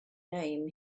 name